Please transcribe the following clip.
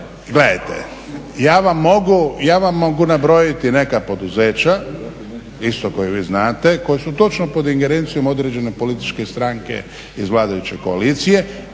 Gledajte, ja vam mogu nabrojiti neka poduzeća isto koje vi znate koji su točno pod ingerencijom određene političke stranke iz vladajuće koalicije